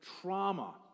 trauma